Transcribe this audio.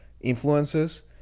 influences